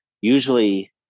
usually